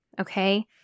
Okay